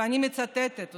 ואני מצטטת אותו: